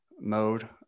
mode